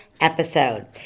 episode